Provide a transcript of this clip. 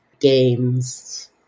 games